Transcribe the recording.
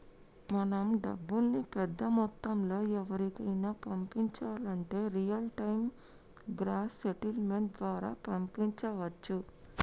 మనం డబ్బుల్ని పెద్ద మొత్తంలో ఎవరికైనా పంపించాలంటే రియల్ టైం గ్రాస్ సెటిల్మెంట్ ద్వారా పంపించవచ్చు